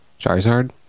Charizard